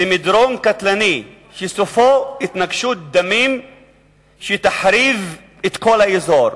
במדרון קטלני שסופו התנגשות דמים שתחריב את כל האזור.